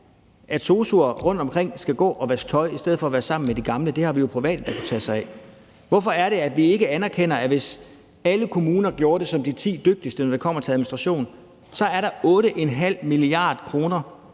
at sosu'er rundtomkring skal gå og vaske tøj i stedet for at være sammen med de gamle? Det har vi jo private der kunne tage sig af. Hvorfor er det, at vi ikke anerkender, at hvis alle kommuner gjorde det som de ti dygtigste, når det kommer til administration, så var der 8,5 mia. kr.